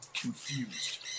Confused